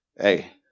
Hey